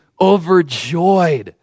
overjoyed